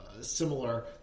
similar